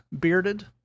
bearded